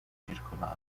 circolare